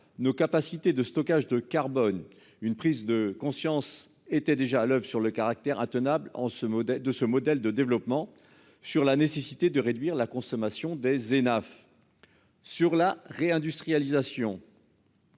Nos capacités de stockage de carbone une prise de conscience était déjà à l'oeuvre sur le caractère intenable en ce modèle de ce modèle de développement sur la nécessité de réduire la consommation des Hénaff. Sur la réindustrialisation.